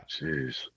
Jeez